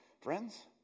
friends